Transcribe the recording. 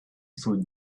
food